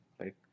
right